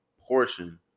portion